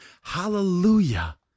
Hallelujah